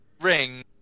ring